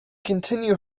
continue